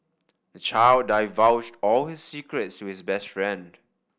the child divulged all his secrets to his best friend